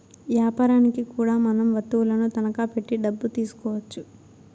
యాపారనికి కూడా మనం వత్తువులను తనఖా పెట్టి డబ్బు తీసుకోవచ్చు